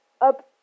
up